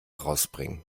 rausbringen